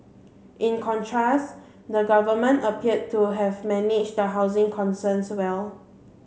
in contrast the government appeared to have managed the housing concerns well